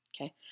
okay